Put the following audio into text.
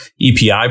EPI